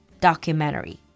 documentary